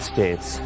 States